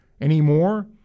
anymore